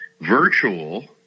virtual